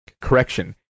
Correction